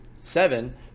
seven